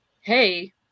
hey